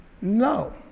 No